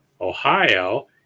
Ohio